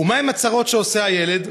ומה הן הצרות שעושה הילד?